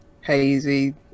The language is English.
hazy